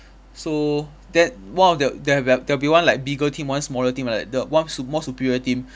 so that one of the there'll be like there'll be one like bigger team one smaller team like that the one su~ more superior team